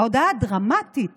ההודעה הדרמטית